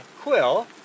Quill